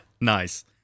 Nice